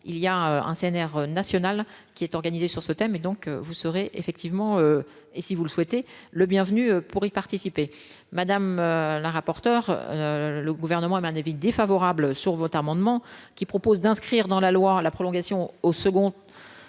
il y a un CNR national qui est organisé sur ce thème et donc vous serez effectivement et si vous le souhaitez, le bienvenu pour y participer, madame la rapporteure le Gouvernement émet un avis défavorable sur votre amendement. Qui propose d'inscrire dans la loi la prolongation au second